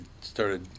started